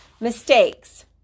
Mistakes